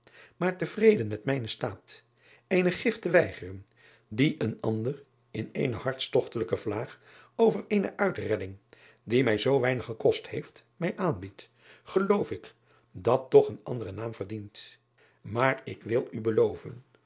maar tevreden met mijnen staat eene gift te weigeren die een ander in eene hartstogtelijke vlaag over eene uitredding die mij zoo weinig gekost heeft mij aanbiedt geloof ik dat toch een anderen naam verdient aar ik wil u beloven